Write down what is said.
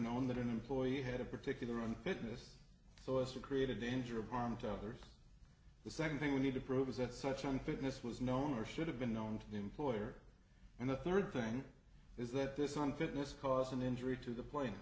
known that an employee had a particular unfitness so as to create a danger of harm to others the second thing we need to prove is that such unfitness was known or should have been known to the employer and the third thing is that this on fitness cause an injury to the p